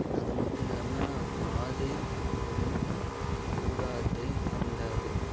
அது மட்டும் இல்லாமல் பாதை உன் கூடாரத்தை அணுங்காது